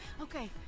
Okay